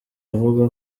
avuga